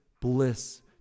bliss